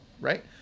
Right